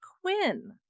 Quinn